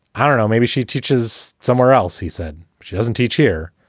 i don't know, maybe she teaches somewhere else. he said she doesn't teach here.